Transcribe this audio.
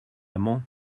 amant